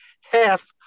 half